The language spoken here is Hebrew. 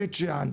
בית שאן,